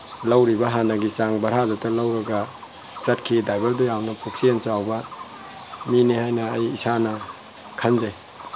ꯂꯧꯔꯤꯕ ꯍꯥꯟꯅꯒꯤ ꯆꯥꯡ ꯚꯔꯥꯗꯨꯇ ꯂꯧꯔꯒ ꯆꯠꯈꯤ ꯗ꯭ꯔꯥꯏꯕ꯭ꯔꯗꯨ ꯌꯥꯝꯅ ꯄꯨꯛꯆꯦꯜ ꯆꯥꯎꯕ ꯃꯤꯅꯦ ꯍꯥꯏꯅ ꯑꯩ ꯏꯁꯥꯅ ꯈꯟꯖꯩ